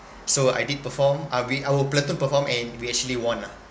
so I did perform uh we our platoon performed and we actually won ah